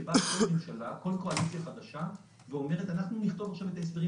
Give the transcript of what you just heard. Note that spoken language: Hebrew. שבאה כל קואליציה חדשה ואומרת: אנחנו נכתוב עכשיו את ההסדרים